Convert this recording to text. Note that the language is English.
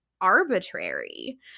arbitrary